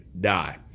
die